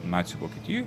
nacių vokietijoj